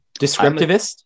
descriptivist